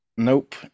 nope